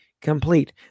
complete